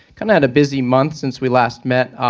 kind of had a busy month since we last met.